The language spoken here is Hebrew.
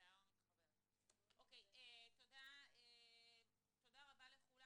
להגיד תודה לארגון 'בטרם'.